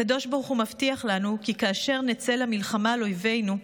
הקדוש ברוך הוא מבטיח לנו כי כאשר נצא למלחמה על אויבנו,